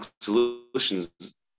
solutions